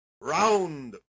Round